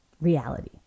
reality